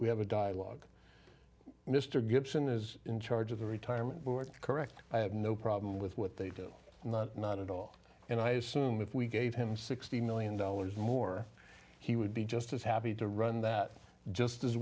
we have a dialogue mr gibson is in charge of the retirement board correct i have no problem with what they do not not at all and i assume if we gave him sixty million dollars more he would be just as happy to run that just as